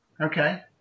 Okay